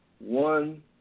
one